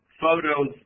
photos